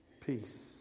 peace